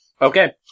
Okay